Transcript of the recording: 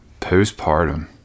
Postpartum